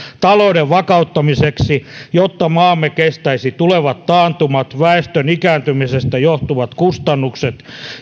talouden vakauttamiseksi jotta maamme kestäisi tulevat taantumat väestön ikääntymisestä johtuvat kustannukset